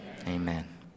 amen